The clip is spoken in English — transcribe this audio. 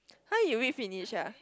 how you read finish ah